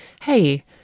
hey